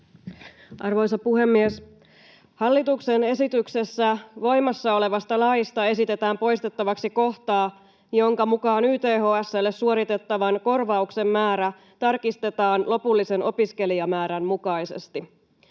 Arvoisa puhemies! Hallituksen esityksessä voimassa olevasta laista esitetään poistettavaksi kohtaa, jonka mukaan YTHS:lle suoritettavan korvauksen määrä tarkistetaan lopullisen opiskelijamäärän mukaisesti.